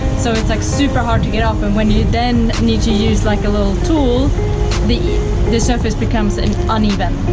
so it's like super hard to get off. and when you then need to use like a little tool the the surface becomes and uneven.